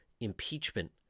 impeachment